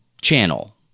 channel